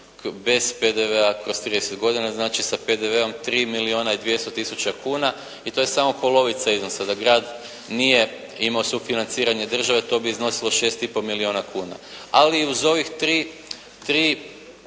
bez PDV-a kroz 30 godina, znači sa PDV-om 3 milijuna i 200 tisuća kuna i to je samo polovica iznosa. Da grad nije imao sufinanciranje države to bi iznosilo 6,5 milijuna kuna. Ali i uz ovih 3 i